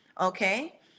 okay